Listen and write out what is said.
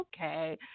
okay